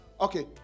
okay